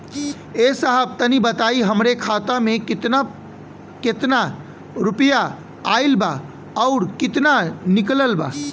ए साहब तनि बताई हमरे खाता मे कितना केतना रुपया आईल बा अउर कितना निकलल बा?